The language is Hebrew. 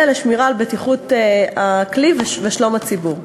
לשמירה על בטיחות הכלי ועל שלום הציבור.